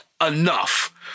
enough